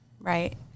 right